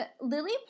Lily